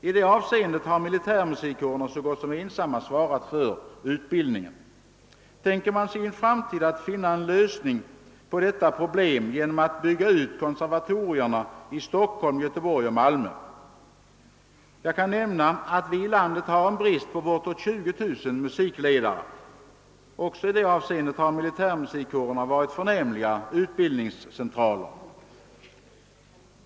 I det avseendet har militärmusikkårerna så gott som ensamma svarat för utbildningen. Tänker man sig att i en framtid finna lösningen på detta problem genom att bygga ut konservatorierna i Stockholm, Göteborg och Malmö? Jag kan nämna att vi här i landet har en brist på bortåt 20 000 musikledare. Också i detta avseende har mili tärmusikkårerna varit förnämliga utbildningscentraler.